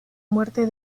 muerte